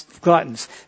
gluttons